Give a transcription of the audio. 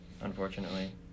unfortunately